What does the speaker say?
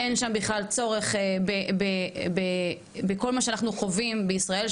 אין שם בכלל צורך בכל מה שאנחנו חווים בישראל,